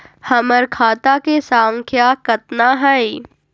हमर खाता के सांख्या कतना हई?